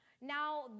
Now